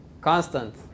Constant